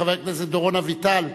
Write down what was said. חבר הכנסת דורון אביטל,